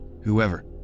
whoever